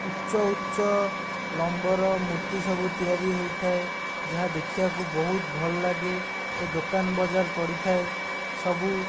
ଉଚ୍ଚ ଉଚ୍ଚ ଲମ୍ବର ମୂର୍ତ୍ତି ସବୁ ତିଆରି ହୋଇଥାଏ ଯାହା ଦେଖିବାକୁ ବହୁତ ଭଲ ଲାଗେ ଓ ଦୋକାନ ବଜାର ପଡ଼ିଥାଏ ସବୁ